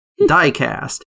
Diecast